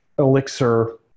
Elixir